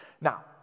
Now